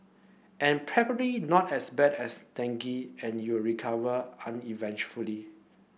an probably not as bad as dengue and you're recover uneventfully